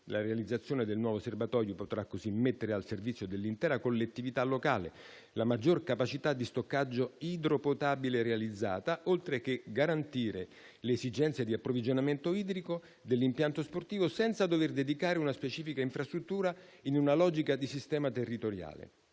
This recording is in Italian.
La realizzazione del nuovo serbatoio potrà così mettere al servizio dell'intera collettività locale la maggior capacità di stoccaggio idropotabile realizzata, oltre che garantire le esigenze di approvvigionamento idrico dell'impianto sportivo senza dover dedicare una specifica infrastruttura in una logica di sistema territoriale.